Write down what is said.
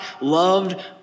loved